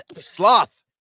Sloth